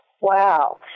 Wow